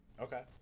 Okay